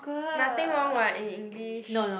nothing wrong [what] in English